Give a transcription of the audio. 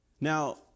Now